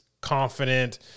confident